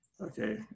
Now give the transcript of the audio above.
Okay